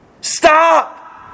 Stop